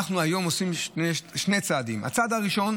אנחנו עושים היום שני צעדים: צעד ראשון,